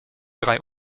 drei